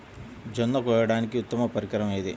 జొన్న కోయడానికి ఉత్తమ పరికరం ఏది?